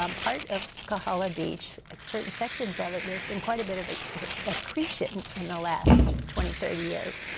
um part of kahala beach, certain sections of it, there's been quite a bit of ecretion in the last twenty, thirty years.